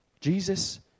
Jesus